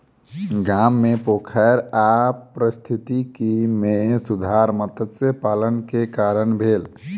गाम मे पोखैर आ पारिस्थितिकी मे सुधार मत्स्य पालन के कारण भेल